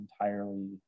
entirely